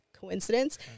coincidence